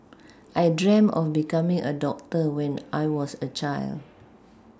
I dreamt of becoming a doctor when I was a child